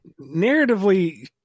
Narratively